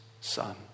son